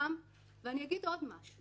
אומר עוד משהו